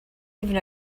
even